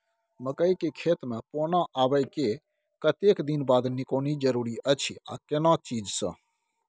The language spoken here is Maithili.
मकई के खेत मे पौना आबय के कतेक दिन बाद निकौनी जरूरी अछि आ केना चीज से?